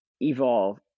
evolve